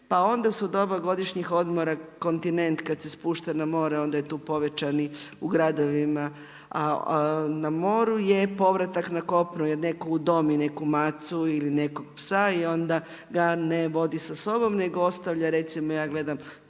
Pa onda su doba godišnjih odmora kontinent kad se spušta na more, onda je to povećani u gradovima, a na moru je povratak na kopno jer netko udomi neku macu ili nekog psa i onda ga ne vodi sa sobom nego ostavlja recimo ja gledam